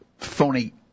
phony